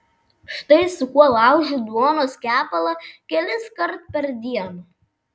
štai su kuo laužiu duonos kepalą keliskart per dieną